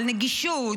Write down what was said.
של נגישות,